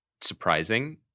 surprising